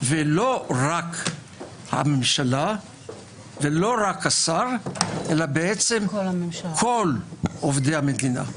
ולא רק הממשלה והשר אלא כל עובדי המדינה,